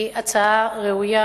היא הצעה ראויה,